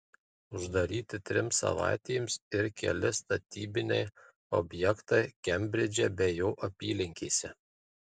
uždaryti trims savaitėms ir keli statybiniai objektai kembridže bei jo apylinkėse